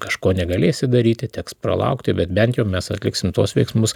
kažko negalėsi daryti teks pralaukti bet bent jau mes atliksim tuos veiksmus